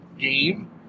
game